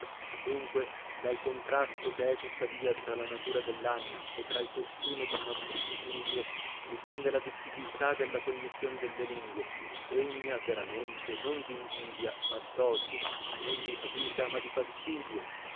dunque dal contrasto che è tuttavia tra la natura dellanima e tra l costume del nostro studio dipende la difficultà della cognizion delle lingue degna veramente non dinvidia ma dodio non di fatica ma di fastidio